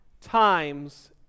times